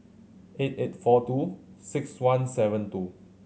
eight eight four two six one seven two